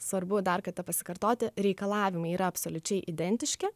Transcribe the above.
svarbu dar katą pasikartoti reikalavimai yra absoliučiai identiški